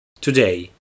Today